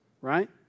right